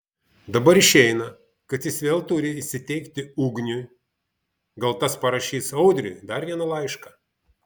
dabar išeina kad jis vėl turi įsiteikti ugniui gal tas parašys audriui dar vieną laišką